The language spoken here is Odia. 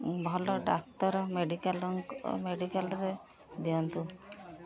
ଭଲ ଡାକ୍ତର ମେଡ଼ିକାଲ ମେଡ଼ିକାଲରେ ଦିଅନ୍ତୁ